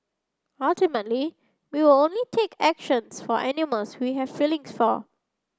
ultimately we will only take actions for animals we have feelings for